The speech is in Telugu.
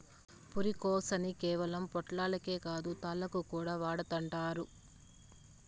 పురికొసని కేవలం పొట్లాలకే కాదు, తాళ్లుగా కూడా వాడతండారు